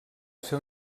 ser